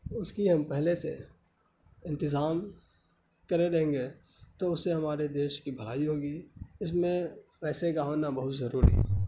اس کی ہم پہلے سے انتظام کرے رہیں گے تو اس سے ہمارے دیش کی بھلائی ہوگی اس میں پیسے کا ہونا بہت ضروری ہے